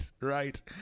right